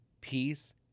peace